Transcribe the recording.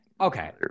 okay